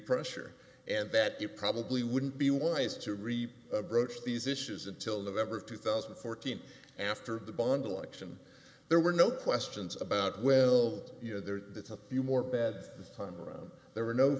pressure and that it probably wouldn't be wise to reap broach these issues until november of two thousand and fourteen after the bond election there were no questions about well you know there's a few more bed time around there were no